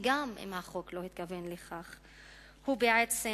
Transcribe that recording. וגם אם החוק לא התכוון לכך, הוא בעצם